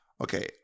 Okay